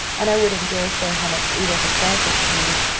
and i wouldn't dare say how much edith and frances have made.